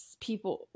people